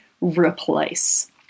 replace